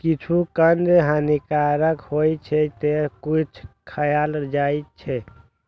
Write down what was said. किछु कंद हानिकारक होइ छै, ते किछु खायल जाइ छै